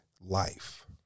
life